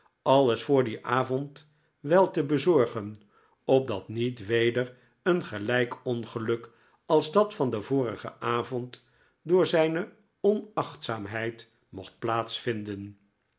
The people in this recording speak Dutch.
alles voor dien avond wel te bezorgen opdat niet weder een gelijk ongeluk als dat van den vorigen avond door zijne onachtzaamheid mocht